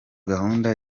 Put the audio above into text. gahunda